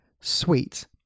sweet